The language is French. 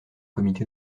comité